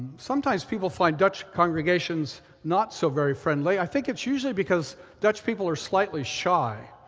sometimes people find dutch congregations not so very friendly. i think it's usually because dutch people are slightly shy.